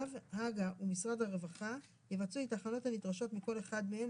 הג"א ומשרד הרווחה יבצעו את ההכנות הנדרשות מכל אחד מהם,